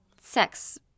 sex